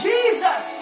Jesus